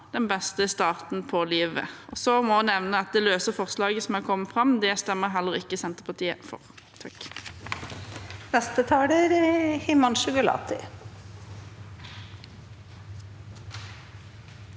den beste starten på livet. Så må jeg nevne at det løse forslaget som er kommet, stemmer heller ikke Senterpartiet for.